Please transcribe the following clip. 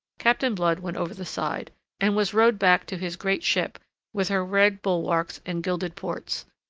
captain blood went over the side and was rowed back to his great ship with her red bulwarks and gilded ports,